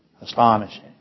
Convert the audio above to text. astonishing